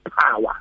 power